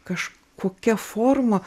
kažkokia forma